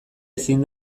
ezin